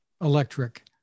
electric